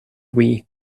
wii